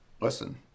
Listen